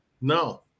No